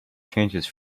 chances